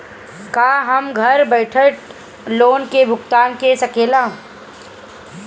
का हम घर बईठे लोन के भुगतान के शकेला?